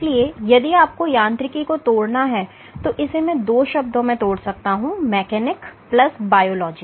इसलिए यदि आपको यांत्रिकी को तोड़ना है तो इसे मैं 2 शब्दों में तोड़ सकता हूं मैकेनिक प्लस बायोलॉजी